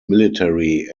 military